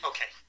Okay